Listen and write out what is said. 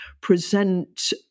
present